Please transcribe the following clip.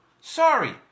Sorry